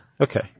Okay